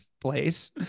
place